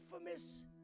infamous